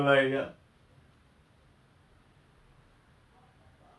so your your whole life is just music and nothing else